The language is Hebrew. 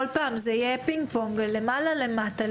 כל פעם זה יהיה פינג פונג מלמעלה למטה,